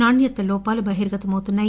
నాణ్యత లోపాలు బహిర్గతమవుతున్నాయి